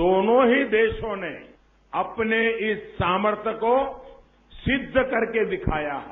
दोनो ही देशों ने अपने इस सामर्थय को सिद्ध करके दिखाया है